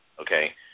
okay